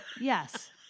Yes